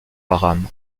haram